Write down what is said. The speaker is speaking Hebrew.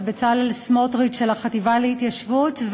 בצלאל סמוטריץ על החטיבה להתיישבות.